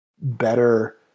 better